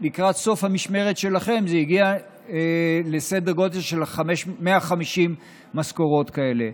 סוף המשמרת שלכם זה הגיע לסדר גודל של 150 משכורות כאלה.